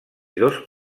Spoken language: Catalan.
dos